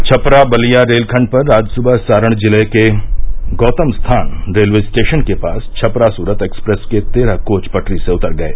Chhapra Ballia rail खण्ड पर आज सुबह सारण जिले के गौतम स्थान रेलवे स्टेशन के पास छपरा सुरत एक्सप्रेस के तेरह कोच पटरी से उतर गये